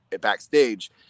backstage